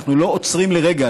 אנחנו לא עוצרים לרגע,